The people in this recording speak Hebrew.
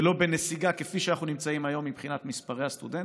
ולא בנסיגה כפי שאנחנו נמצאים היום מבחינת מספרי הסטודנטים.